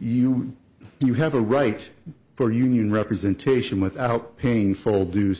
you know you have a right for union representation without paying full dues